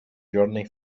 journey